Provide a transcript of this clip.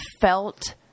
felt